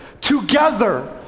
together